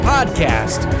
Podcast